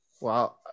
Wow